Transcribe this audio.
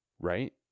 Right